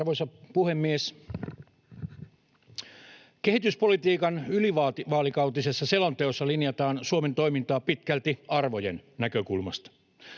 Arvoisa puhemies! Kehityspolitiikan ylivaalikautisessa selonteossa linjataan Suomen toimintaa pitkälti arvojen näkökulmasta.